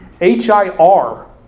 H-I-R